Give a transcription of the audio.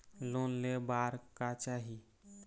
Loan ले बार का चाही?